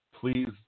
please